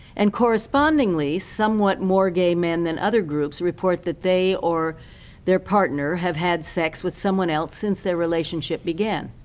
and, correspondingly, somewhat more gay men than other groups report that they or their partner have had sex with someone else since their relationship began.